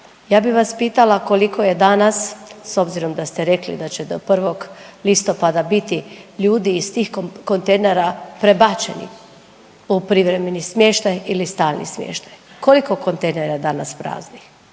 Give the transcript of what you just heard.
Ja bi vas pitala koliko je danas s obzirom da ste rekli da će do 1. listopada biti ljudi iz tih kontejnera prebačeni u privremeni smještaj ili stalni smještaj, koliko kontejnera je danas praznih?